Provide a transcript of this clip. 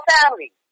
family